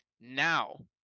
Now